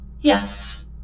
Yes